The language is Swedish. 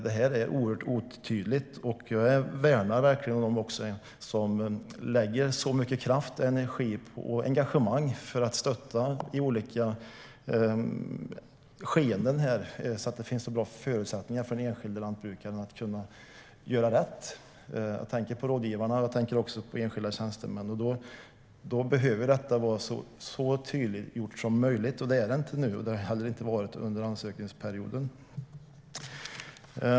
Det är oerhört otydligt. Jag värnar verkligen om dem som lägger så mycket kraft, energi och engagemang för att stötta i olika skeenden så att det blir så bra förutsättningar som möjligt för den enskilde lantbrukaren att göra rätt - jag tänker på rådgivarna och också på enskilda tjänstemän. Då behöver det vara så tydligt som möjligt, och det är det inte nu och har heller inte varit under ansökningsperioden.